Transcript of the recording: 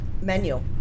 menu